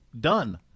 done